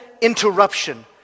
interruption